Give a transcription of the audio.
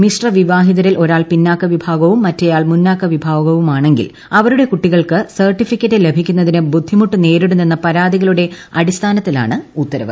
മിശ്രവിവാഹിതരിൽ ഒരാൾ പിന്നാക്ക വിഭാഗവും മറ്റേയാൾ മുന്നോക്ക വിഭാഗവുമാണെങ്കിൽ അവരുടെ കുട്ടികൾക്ക് സർട്ടിഫിക്കറ്റ് ലഭിക്കുന്നതിന് ബുദ്ധിമുട് നേരിടുന്നെന്ന പരാതികളുടെ അടിസ്ഥാനത്തിലാണ് ഉത്തരവ്